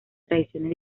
tradiciones